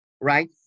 right